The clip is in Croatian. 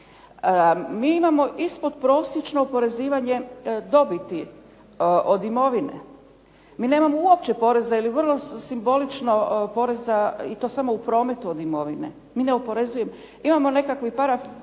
Mi imamo ispodprosječno oporezivanje dobiti od imovine, mi nemamo uopće poreze, ili vrlo simbolično poreza i to samo u prometu od imovine. Mi ne oporezujemo. Imamo nekakvu i paraporez,